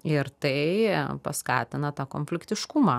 ir tai paskatina tą konfliktiškumą